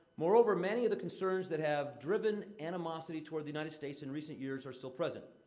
moreover, many of the concerns that have driven animosity toward the united states in recent years are still present.